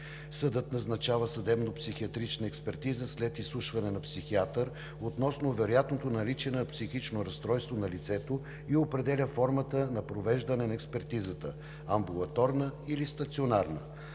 Съдът назначава съдебно-психиатрична експертиза след изслушване на психиатър относно вероятното наличие на психично разстройство на лицето и определя фо̀рмата на провеждане на експертизата – амбулаторна или стационарна.